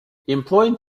employing